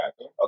Okay